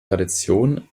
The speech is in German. tradition